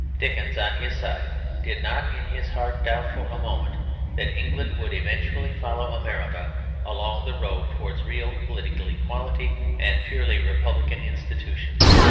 dickens, on his side, did not in his heart doubt for a moment that england would eventually follow america along the road towards real political equality and purely republican institutions.